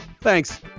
Thanks